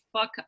fuck